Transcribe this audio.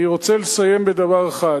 אני רוצה לסיים בדבר אחד.